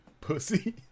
pussy